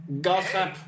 gossip